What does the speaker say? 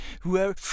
Whoever